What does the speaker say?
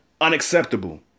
unacceptable